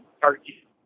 turkey